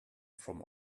from